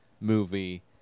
movie